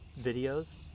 videos